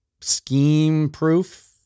scheme-proof